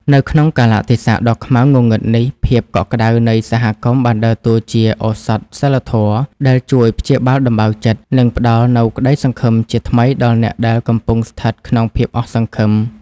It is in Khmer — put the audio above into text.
នៅក្នុងកាលៈទេសៈដ៏ខ្មៅងងឹតនេះ ភាពកក់ក្ដៅនៃសហគមន៍បានដើរតួជា ឱសថសីលធម៌ ដែលជួយព្យាបាលដំបៅចិត្ត និងផ្ដល់នូវក្ដីសង្ឃឹមជាថ្មីដល់អ្នកដែលកំពុងស្ថិតក្នុងភាពអស់សង្ឃឹម។